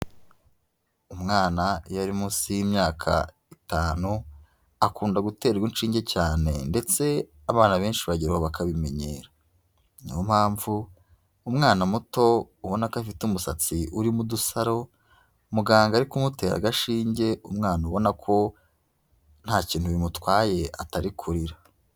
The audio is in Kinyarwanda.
Umwana iyo ari munsi y'imyaka itanu, akunda guterwa inshinge cyane, ndetse abana benshi bageraho bakabimenyera, ni yo mpamvu umwana muto ubona ko afite umusatsi urimo udusaro, muganga ari kumutera agashinge, umwana ubona ko nta kintu bimutwaye atari kurira.